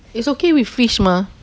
it's okay with fish mah